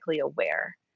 aware